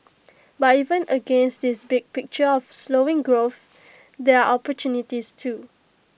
but even against this big picture of slowing growth there are opportunities too